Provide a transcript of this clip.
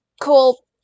Cool